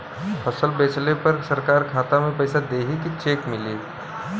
फसल बेंचले पर सरकार खाता में पैसा देही की चेक मिली?